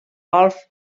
golf